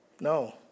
No